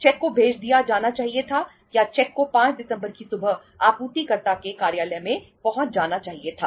check को भेज दिया जाना चाहिए था या चेक को 5 दिसंबर की सुबह आपूर्तिकर्ता के कार्यालय में पहुंच जाना चाहिए था